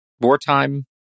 wartime